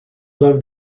love